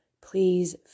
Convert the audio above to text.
please